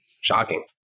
Shocking